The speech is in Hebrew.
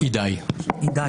ממשרד המשפטים